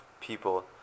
people